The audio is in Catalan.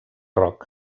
rock